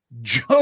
joe